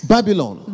Babylon